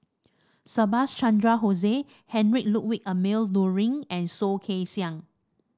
Subhas Chandra Bose Heinrich Ludwig Emil Luering and Soh Kay Siang